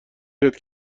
کرد